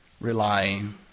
Relying